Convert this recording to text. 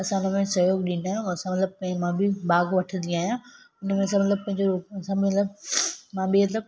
असां हुनमें सहयोग ॾींदा आहियूं असां मतिलब बई मां बि भाग वठंदी आहियां हुन में असां मतिलब पंहिंजो असां मतिलब मां बि मतिलब